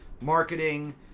marketing